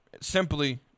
simply